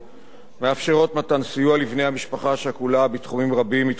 מאפשרות מתן סיוע לבני המשפחה השכולה בתחומים רבים מתחומי החיים